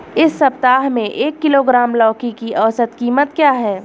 इस सप्ताह में एक किलोग्राम लौकी की औसत कीमत क्या है?